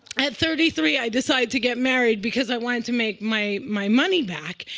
at thirty three, i decided to get married, because i wanted to make my my money back.